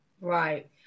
Right